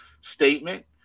statement